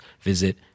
visit